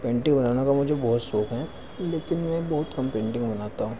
painting बनाने का मुझे बहुत शौक़ है लेकिन मैं बहुत कम पेंटिंग बनाता हूँ